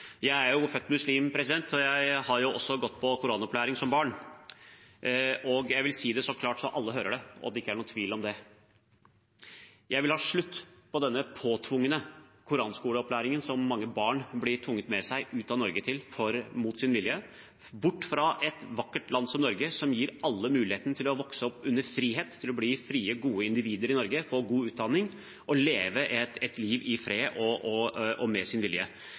Jeg er jo født muslim, og jeg har gått på koranopplæring som barn. Jeg vil si det så klart at alle hører det, og så det ikke er noen tvil om det: Jeg vil ha slutt på denne påtvungne koranskoleopplæringen som mange barn blir tvunget ut av Norge til – mot sin vilje – bort fra et vakkert land som Norge, som gir alle muligheten til å vokse opp under frihet og til å bli frie, gode individer i Norge og få god utdanning og leve et liv i fred og